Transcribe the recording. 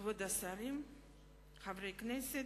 אדוני היושב-ראש, כבוד השרים, חברי הכנסת,